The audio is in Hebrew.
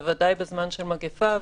בוודאי בזמן של מגפה,